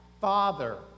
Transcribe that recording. father